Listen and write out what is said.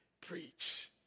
preach